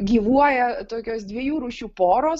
gyvuoja tokios dviejų rūšių poros